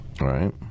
Right